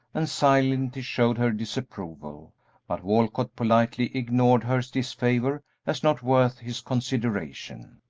and silently showed her disapproval but walcott politely ignored her disfavor as not worth his consideration.